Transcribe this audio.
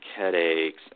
headaches